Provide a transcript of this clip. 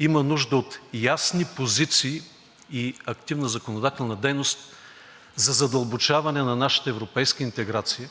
има нужда от ясни позиции и активна законодателна дейност за задълбочаване на нашата европейска интеграция